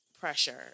pressure